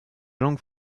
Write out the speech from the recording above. langue